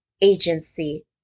agency